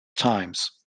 times